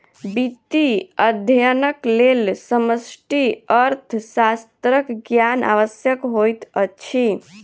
वित्तीय अध्ययनक लेल समष्टि अर्थशास्त्रक ज्ञान आवश्यक होइत अछि